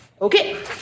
Okay